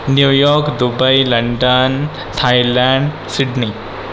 New York Dubai London Thailand Sydney